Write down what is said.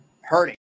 hurting